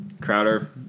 Crowder